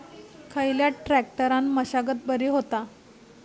खयल्या ट्रॅक्टरान मशागत बरी होता?